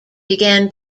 began